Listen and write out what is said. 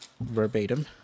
verbatim